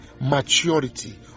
Maturity